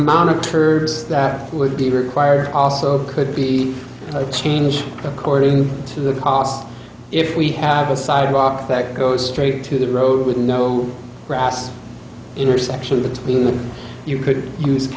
amount of turds that would be required also could be exchanged according to the cost if we have a sidewalk that goes straight to the road with no grass intersection between the you could use